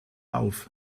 auf